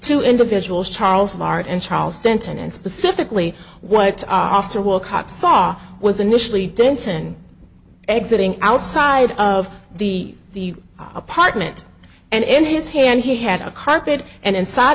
two individuals charles mart and charles denton and specifically what officer will cox saw was initially denton exiting outside of the apartment and in his hand he had a carpet and inside